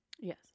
Yes